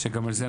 שגם על זה,